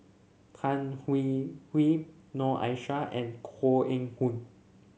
Tan Hwee Hwee Noor Aishah and Koh Eng Hoon